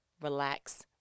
relax